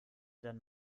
dann